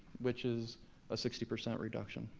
which is a sixty percent reduction.